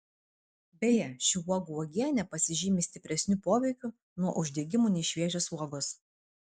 beje šių uogų uogienė pasižymi stipresniu poveikiu nuo uždegimų nei šviežios uogos